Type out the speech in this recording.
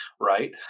right